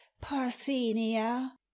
Parthenia